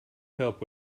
help